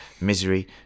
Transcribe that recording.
Misery